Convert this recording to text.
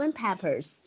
peppers